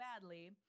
badly